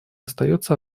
остается